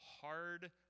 hard